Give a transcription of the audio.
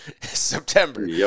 September